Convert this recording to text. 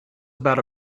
about